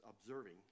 observing